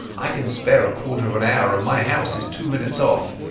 ai can spare a quarter of an hour, and my house is two minutes off.